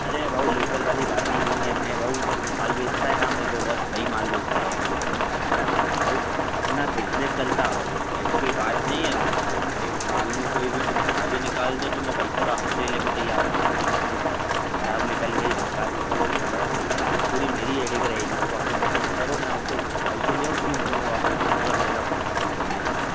अरे भाऊ लोकल वाली बात ही नहीं है मैं भाऊ जो माल बेचता है ना वह बहुत सही माल बेचता हैगा है ना भाऊ अपना फिक्स रेट चलता भाऊ है ऐसी कोई बात नहीं है भाऊ के अपने माल में कोई भी तुम ख़राबी निकाल दो तो मैं पैसे वापस खेलने को तैयार हूँ तो मेरी मछली ख ख़राब निकल गई बेकार निकल गई तो भाऊ वह पूरी मेरी हेडेग रहेगा भाऊ अपने को फोन करो मैं आपको ढाई सौ लिया हूँ तीन सौ में वापस दूँगा अगर मेरा माल ख़राब निकल गया तो भाऊ